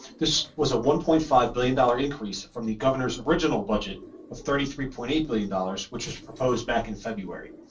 this was a one point five billion dollar increase from the governor's original budget of thirty three point eight billion dollars, which was proposed back in february.